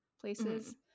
places